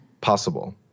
possible